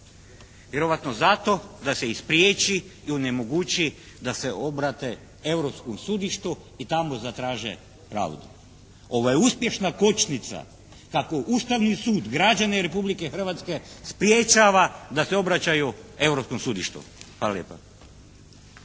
Vjerojatno zato da se i spriječi i onemogući da se obrate europskom sudištu i tamo zatraže pravdu. Ovo je uspješna kočnica kako Ustavni sud građane Republike Hrvatske sprječava da se obraćaju europskom sudištu. Hvala